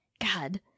God